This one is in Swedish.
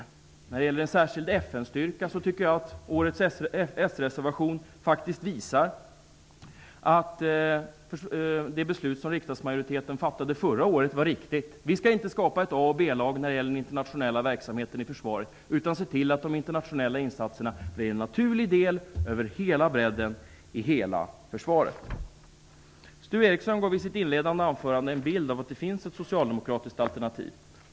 När det gäller detta med en särskild FN-styrka tycker jag att årets s-reservation faktiskt visar att det beslut som en riksdagsmajoritet fattade förra året var riktigt. Vi skall inte skapa ett A och ett B lag när det gäller den internationella verksamheten i försvaret, utan vi skall se till att de internationella insatserna blir en naturlig del rakt över hela försvaret. Sture Ericson gav i sitt inledande anförande en bild av att det finns ett socialdemokratiskt alternativ.